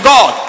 God